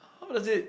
how does it